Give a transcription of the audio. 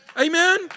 Amen